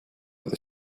with